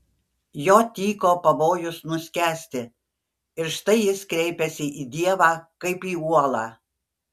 jo tyko pavojus nuskęsti ir štai jis kreipiasi į dievą kaip į uolą